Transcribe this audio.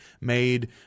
made